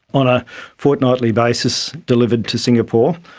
on a fortnightly basis, delivered to singapore.